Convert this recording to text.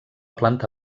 planta